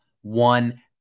one